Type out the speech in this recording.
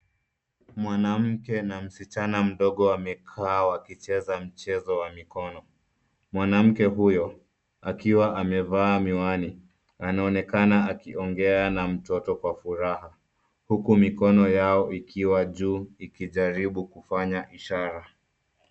Mwanamke na msichana mdogo wamekaa wakicheza mchezo wa mikono. Mwanamke huyo, akiwa amevaa miwani anaonekana akiongea na mtoto kwa furaha huku mikono yao ikiwa juu iki jaribu kufanya ishara.